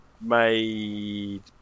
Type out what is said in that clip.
made